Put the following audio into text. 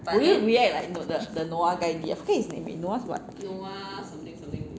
will you react like the noah guy in the end I forgot his name noah what